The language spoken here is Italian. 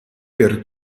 per